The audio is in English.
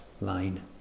line